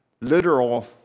literal